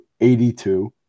82